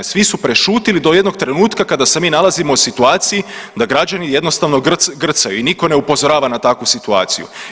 Svi su prešutili do jednog trenutka kada se mi nalazimo u situaciji da građani jednostavno grcaju i niko ne upozorava na takvu situaciju.